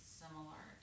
similar